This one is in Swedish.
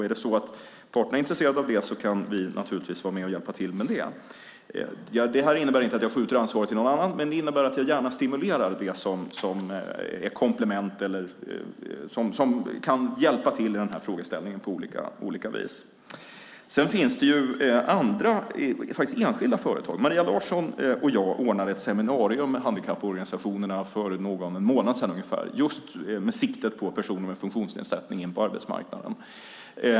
Är parterna intresserade av det kan vi naturligtvis vara med och hjälpa till. Det här innebär inte att jag skjuter ansvaret till någon annan utan att jag gärna stimulerar det som är komplement eller som kan hjälpa till i denna fråga på olika vis. Det finns enskilda företag som är intresserade. Maria Larsson och jag ordnade ett seminarium med handikapporganisationerna för någon månad sedan ungefär med sikte på att få personer med funktionsnedsättningar in på arbetsmarknaden.